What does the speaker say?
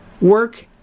work